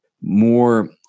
more